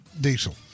diesel